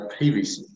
PVC